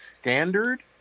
standard